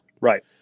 Right